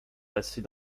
passée